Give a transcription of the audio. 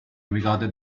regarded